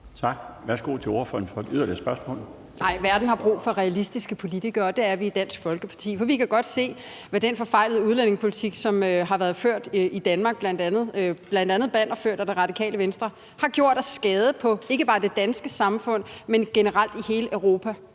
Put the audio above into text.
Tak. Værsgo til ordføreren for et yderligere spørgsmål. Kl. 12:24 Mette Thiesen (DF): Nej, verden har brug for realistiske politikere, og det er vi i Dansk Folkeparti. For vi kan godt se, hvad den forfejlede udlændingepolitik, som har været ført i bl.a. Danmark, bl.a. med Radikale Venstre som bannerførere, har gjort af skade på ikke bare det danske samfund, men generelt i hele Europa,